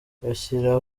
bashyira